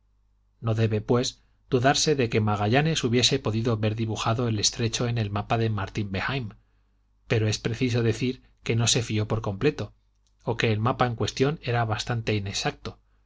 no debe pues dudarse de que magallanes hubiese podido ver dibujado el estrecho en el mapa de martín behaim pero es preciso decir que no se fió por completo o que el mapa en cuestión era bastante inexacto